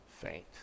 faint